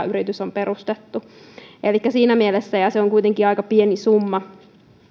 yritys on perustettu elikkä siinä mielessä ja se on kuitenkin aika pieni summa